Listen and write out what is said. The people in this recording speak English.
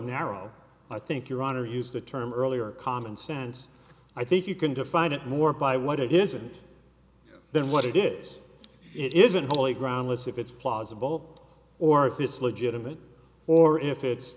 narrow i think your honor used the term earlier common sense i think you can define it more by what it isn't than what it is it isn't holy ground less if it's plausible or if it's legitimate or if it's